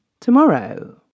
tomorrow